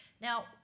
Now